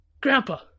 Grandpa